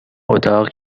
اتاق